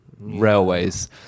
railways